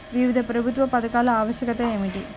వివిధ ప్రభుత్వా పథకాల ఆవశ్యకత ఏమిటి?